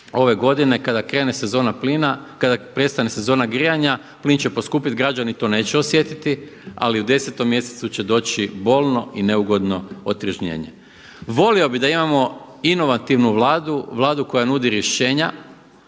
jer od 1. travnja ove godine kada prestane sezona grijanja, plin će poskupjeti, građani to neće osjetiti, ali u 10. mjesecu će doći bolno i neugodno otrežnjenje. Volio bih da imamo inovativnu Vladu, Vladu koja nudi rješenja,